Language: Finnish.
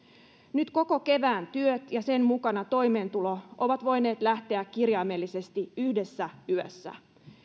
nyt koko kevään työt ja sen mukana toimeentulo ovat voineet lähteä kirjaimellisesti yhdessä yössä